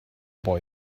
boy